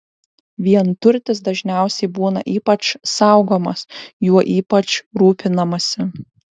vienturtis dažniausiai būna ypač saugomas juo ypač rūpinamasi